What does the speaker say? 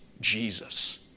Jesus